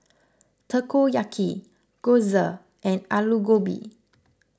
Takoyaki Gyoza and Alu Gobi